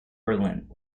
berlin